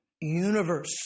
Universe